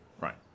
Right